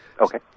Okay